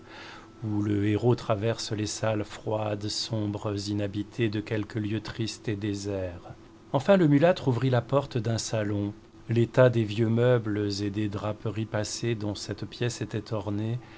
où le héros traverse les salles froides sombres inhabitées de quelque lieu triste et désert enfin le mulâtre ouvrit la porte d'un salon l'état des vieux meubles et des draperies passées dont cette pièce était ornée